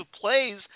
plays